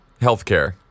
healthcare